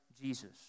Jesus